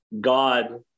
God